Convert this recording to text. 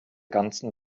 ganzen